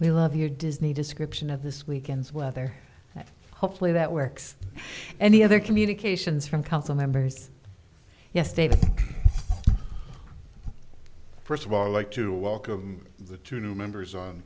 they love your disney description of this weekend's weather hopefully that works any other communications from council members yes david first of all i like to welcome the two new members on